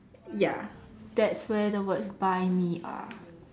ya that's where the words buy me are